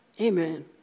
Amen